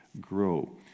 grow